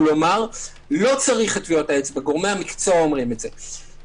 כלומר לא צריך טביעות האצבע גורמי המקצוע אומרים את זה.